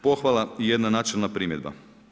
Pohvala i jedna načelna primjedba.